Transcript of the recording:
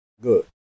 Good